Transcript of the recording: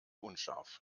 unscharf